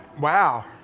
Wow